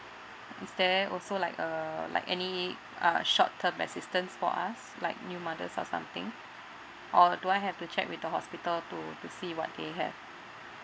is there also like uh like any uh short term assistance for us like new mothers or something or do I have to check with the hospital to to see what they have